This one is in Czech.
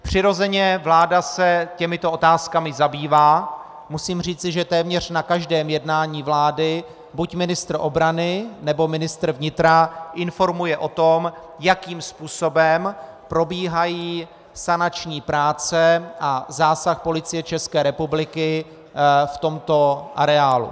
Přirozeně vláda se těmito otázkami zabývá, musím říci, že téměř na každém jednání vlády buď ministr obrany, nebo ministr vnitra informuje o tom, jakým způsobem probíhají sanační práce a zásah Policie ČR v tomto areálu.